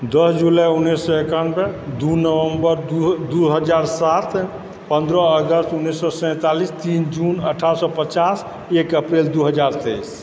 दश जुलाइ उन्नैस सए एकानबे दू नवम्बर दू हजार सात पंद्रह अगस्त उन्नैस सए सैतालिस तीन जून अठारह सए पचास एक अप्रिल दू हजार तेइस